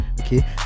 Okay